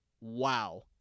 Wow